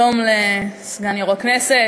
שלום לסגן יושב-ראש הכנסת,